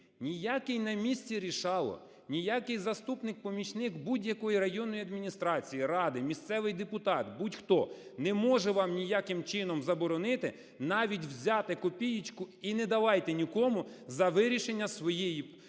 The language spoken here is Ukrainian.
ніякий на місці "рішало", ніякий заступник, помічник будь-якої районної адміністрації, ради, місцевий депутат, будь-хто не може вам ніяким чином заборонити, навіть взяти копієчку, і не давайте нікому за вирішення своєї